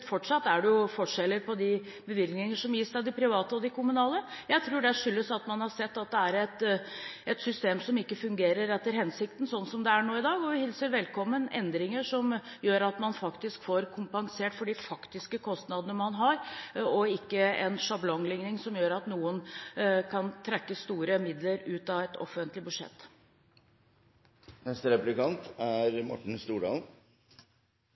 fortsatt er det forskjeller i bevilgninger som gis til de private og til de kommunale. Jeg tror det skyldes at man har sett at det er et system som ikke fungerer etter hensikten sånn som det er i dag. Vi hilser velkommen endringer som gjør at man får kompensert for de faktiske kostnadene man har, og ikke en sjablonglikning som gjør at noen kan trekke store midler ut av et offentlig budsjett. Arbeiderpartiet snakker om milliarder og mennesker, og mennesker er